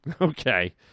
Okay